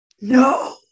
No